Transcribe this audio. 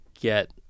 get